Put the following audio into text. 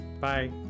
bye